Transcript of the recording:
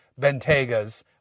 Bentegas